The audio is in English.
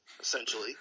essentially